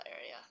area